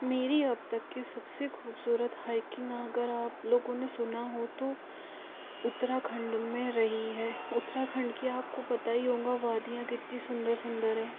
मेरी अब तक की सबसे खूबसूरत हाइकिंग अगर आप लोगों ने सुना हो तो उत्तराखंड में रही है उत्तराखंड की आपको पता ही होगा वादियाँ कितनी सुन्दर सुन्दर है